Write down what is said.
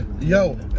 Yo